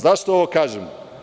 Zašto ovo kažem?